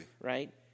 Right